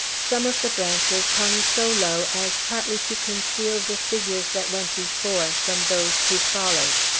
some of the branches hung so low as partly to conceal the figures that went before from those who followed.